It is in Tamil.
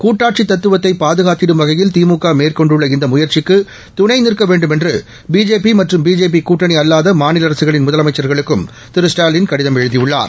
கூட்டாட்சி தத்துவத்தை பாதுகாத்திடும் வகையில் திமுக மேற்கொண்டுள்ள இந்த முயற்சிக்கு துணை நிற்க வேண்டுமென்று பிஜேபி மற்றும் பிஜேபி கூட்டணி அல்லாத மாநில அரசுகளின் முதலமைச்சா்களுக்கும் திரு ஸ்டாலின் கடிதம் எழுதியுள்ளார்